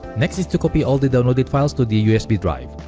next is to copy all the downloaded files to the usb drive.